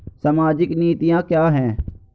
सामाजिक नीतियाँ क्या हैं?